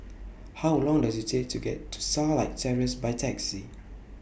How Long Does IT Take to get to Starlight Terrace By Taxi